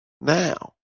now